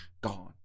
gone